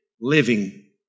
living